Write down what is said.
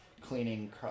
cleaning